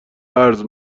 اِرز